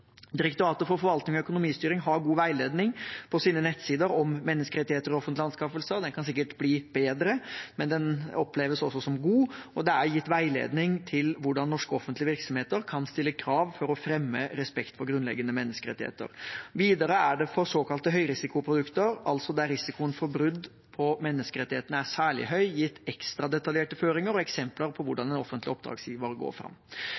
Direktoratet for forvaltning og økonomistyring, DFØ, har god veiledning på sine nettsider om menneskerettigheter i offentlige anskaffelser. Den kan sikkert bli bedre, men den oppleves også som god. Det er gitt veiledning til hvordan norske offentlige virksomheter i anskaffelsesprosessen kan stille krav for å fremme respekt for grunnleggende menneskerettigheter. Videre er det for såkalte høyrisikoprodukter, altså der risikoen for brudd på menneskerettighetene er særlig høy, gitt ekstra detaljerte føringer og eksempler på hvordan en offentlig oppdragsgiver går fram.